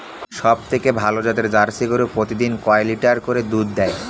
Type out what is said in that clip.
সবথেকে ভালো জাতের জার্সি গরু প্রতিদিন কয় লিটার করে দুধ দেয়?